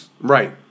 Right